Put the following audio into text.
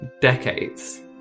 decades